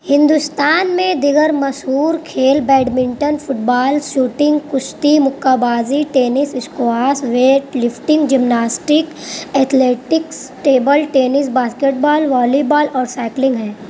ہندوستان میں دیگر مشہور کھیل بیڈمنٹن فٹ بال سوٹنگ کشتی مکہ بازی tennis squash weight lifting gymnastics athletics table tennis basketball volleyball اور سائیکلنگ ہے